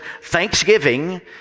thanksgiving